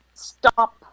stop